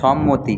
সম্মতি